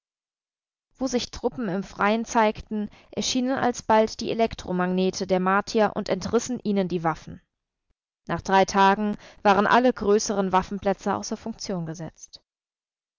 wo sich truppen im freien zeigten erschienen alsbald die elektromagnete der martier und entrissen ihnen die waffen nach drei tagen waren alle größeren waffenplätze außer funktion gesetzt